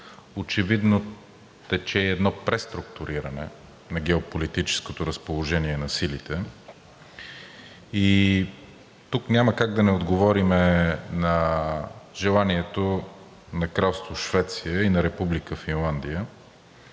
Очевидно тече и едно преструктуриране на геополитическото разположение на силите. Тук няма как да не отговорим на желанието на Кралство Швеция и на Република Финландия.